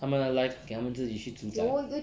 他们的 life 给他们自己去主宰